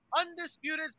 undisputed